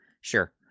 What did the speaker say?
Sure